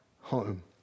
home